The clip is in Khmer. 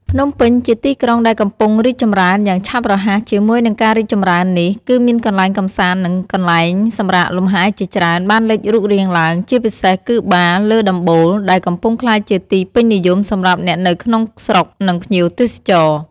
ភ្នំពេញជាទីក្រុងដែលកំពុងរីកចម្រើនយ៉ាងឆាប់រហ័ស ជាមួយនឹងការរីកចម្រើននេះ គឺមានកន្លែងកម្សាន្ត និងកន្លែងសម្រាកលំហែជាច្រើនបានលេចរូបរាងឡើង ជាពិសេសគឺបារលើដំបូល ដែលកំពុងក្លាយជាទីពេញនិយមសម្រាប់អ្នកនៅក្នុងស្រុក និងភ្ញៀវទេសចរ។